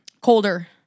Colder